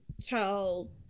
tell